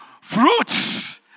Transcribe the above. fruits